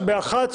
בשעה